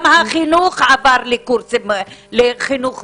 גם החינוך עבר למקוון.